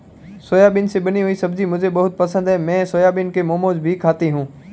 soybean से बनी हुई सब्जी मुझे बहुत पसंद है मैं सोयाबीन के मोमोज भी खाती हूं